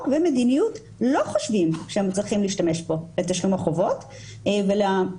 ומדיניות לא חושבים שהם צריכים להשתמש בו לתשלום החובות ולהבנתנו,